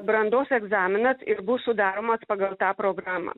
brandos egzaminas ir bus sudaromas pagal tą programą